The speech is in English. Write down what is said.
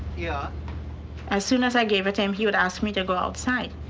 yeah as soon as i gave it to him, he would ask me to go outside